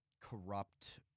corrupt